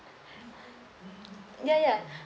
ya ya